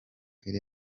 iri